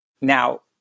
now